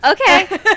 Okay